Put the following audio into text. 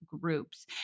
groups